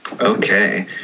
Okay